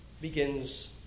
begins